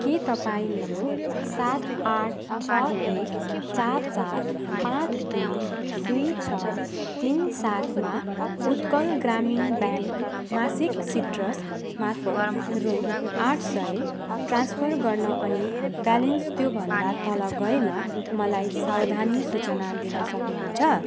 के तपाईँ मेरो सात आठ छ एक चार चार पाँच दुई दुई छ तिन सातमा उत्कल ग्रामीण ब्याङ्क मासिक सिट्रस मार्फत रु आठ सय ट्रान्सफर गर्न अनि ब्यालेन्स त्यो भन्दा तल गएमा मलाई सावधानी सूचना दिन सक्नु हुन्छ